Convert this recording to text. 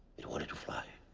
it wanted to fly,